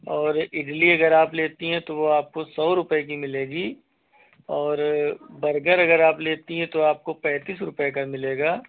और इडली अगर आप लेती हैं तो वो आपको सौ रुपये की मिलेगी और बर्गर अगर आप लेती हैं तो आपको पैंतीस रुपये का मिलेगा